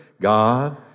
God